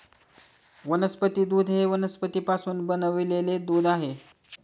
वनस्पती दूध हे वनस्पतींपासून बनविलेले दूध आहे